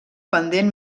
pendent